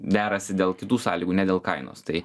derasi dėl kitų sąlygų ne dėl kainos tai